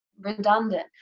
redundant